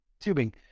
tubing